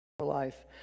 Life